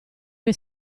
che